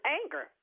anger